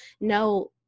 no